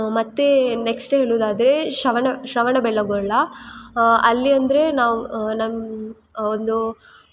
ಮತ್ತೆ ನೆಕ್ಸ್ಟ್ ಹೇಳೋದಾದ್ರೆ ಶ್ರವಣ ಶ್ರವಣ ಬೆಳಗೊಳ ಅಲ್ಲಿ ಅಂದರೆ ನಾವು ನಮ್ಮ ಒಂದು